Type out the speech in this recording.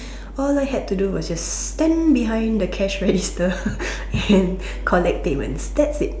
all I had to do was just stand behind the cash register and collect payments that's it